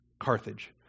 Carthage